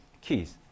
keys